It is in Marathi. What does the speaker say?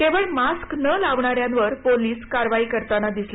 कवळ मास्क न लावणाऱ्यांवर पोलीस कारवाई करताना दिसले